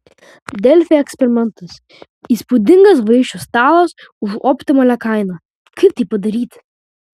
delfi eksperimentas įspūdingas vaišių stalas už optimalią kainą kaip tai padaryti